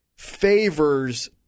favors